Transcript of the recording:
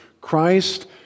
Christ